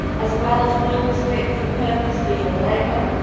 as well as rules fit for purpose for young labour,